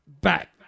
back